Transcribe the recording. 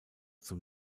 zum